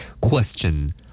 Question